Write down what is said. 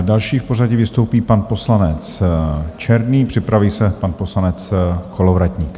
Další v pořadí vystoupí pan poslanec Černý, připraví se pan poslanec Kolovratník.